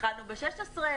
התחלנו ב-2016,